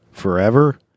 forever